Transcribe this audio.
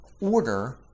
order